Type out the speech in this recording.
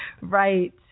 Right